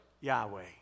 Yahweh